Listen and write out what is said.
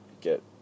get